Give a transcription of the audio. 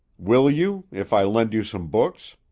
will you if i lend you some books?